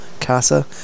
casa